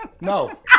No